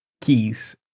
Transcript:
keys